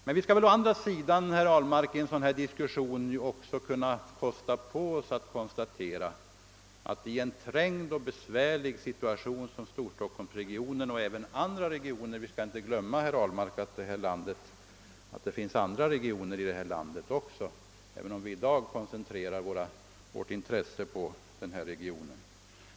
Men vi skall väl å andra sidan, herr Ahlmark, i en sådan här diskussion också kunna kosta på oss att konstatera att i en trängd och besvärlig situation som den i vilken Storstockholmsregionen och även andra regioner befinner sig, skall vi inte glömma att det också finns andra regioner i det här landet, även om vi i dag koncentrerar vårt intresse på just Storstockholmsregionen.